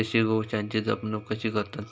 देशी गोवंशाची जपणूक कशी करतत?